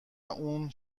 اون